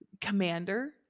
Commander